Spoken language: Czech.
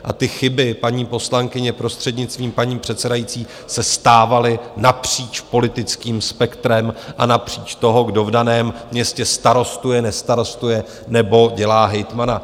A ty chyby, paní poslankyně, prostřednictvím paní předsedající, se stávaly napříč politickým spektrem a napříč toho, kdo v daném městě starostuje, nestarostuje nebo dělá hejtmana.